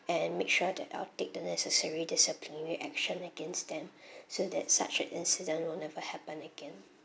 and make sure that I will take the necessary disciplinary action against them so that such an incident will never happen again